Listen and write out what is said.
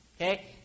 okay